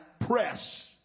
press